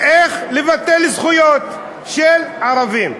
ואיך לבטל זכויות של ערבים.